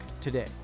today